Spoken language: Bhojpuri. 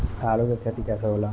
आलू के खेती कैसे होला?